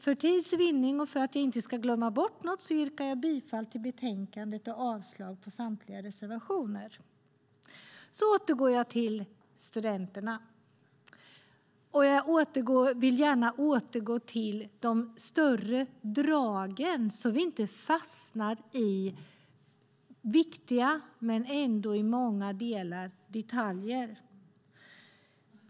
För tids vinnande och för att jag inte ska glömma det yrkar jag bifall till utskottets förslag i betänkandet och avslag på samtliga reservationer. Nu återgår jag till studenterna, och jag tar gärna de större dragen så att vi inte fastnar i viktiga men ändå i många delar detaljer.